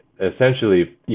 essentially